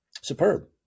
Superb